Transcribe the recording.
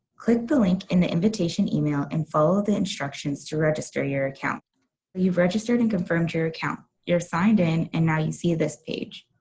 click the link in the invitation email and follow the instructions to register your account. when you've registered and confirmed your account, you're signed in and now you see this page.